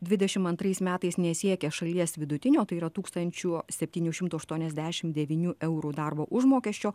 dvidešim antrais metais nesiekia šalies vidutinio tai yra tūkstančių septynių šimtų aštuoniasdešim devynių eurų darbo užmokesčio